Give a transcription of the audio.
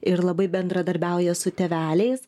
ir labai bendradarbiauja su tėveliais